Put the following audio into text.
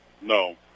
No